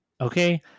okay